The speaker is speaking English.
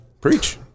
preach